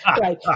Right